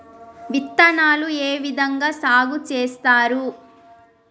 విత్తనాలు ఏ విధంగా సాగు చేస్తారు?